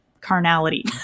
carnality